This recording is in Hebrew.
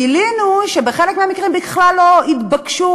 גילינו שבחלק המקרים הם בכלל לא התבקשו.